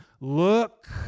look